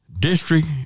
district